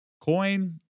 coin